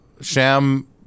sham